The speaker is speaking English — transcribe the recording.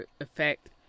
effect